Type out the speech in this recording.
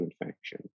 infection